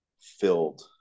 filled